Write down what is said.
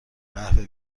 قهوه